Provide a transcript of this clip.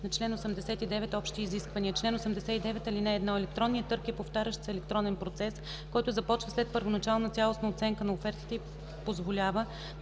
на чл. 89: „Общи изисквания Чл. 89. (1) Електронният търг е повтарящ се електронен процес, който започва след първоначална цялостна оценка на офертите и позволява